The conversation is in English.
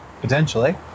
potentially